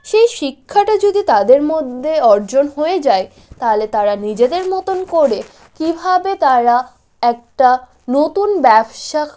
সেই শিক্ষাটা যদি তাদের মধ্যে অর্জন হয়ে যায় তাহলে তারা তাদের নিজেদের মতন করে কিভাবে তারা একটা নতুন ব্যবসা